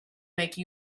make